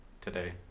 today